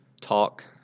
talk